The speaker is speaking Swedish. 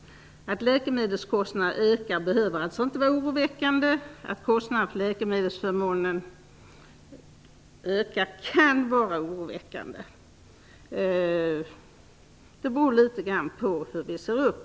Att läkemedelskostnaderna ökar behöver alltså inte vara oroväckande. Att kostnaden för läkemedelsförmånen ökar kan vara oroväckande. Det beror litet grand på hur det ser ut.